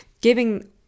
giving